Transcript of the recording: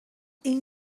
این